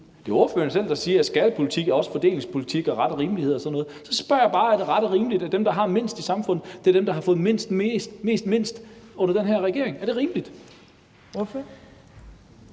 Det er ordføreren selv, der siger, at skattepolitik også er fordelingspolitik og ret og rimelighed og sådan noget. Så spørger jeg bare: Er det ret og rimeligt, at dem, der har mindst i samfundet, er dem, der har fået mindst under den her regering? Er det rimeligt?